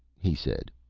he said,